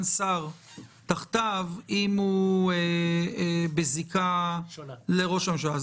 שר תחתיו אם הוא בזיקה שונה לראש הממשלה.